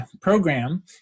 program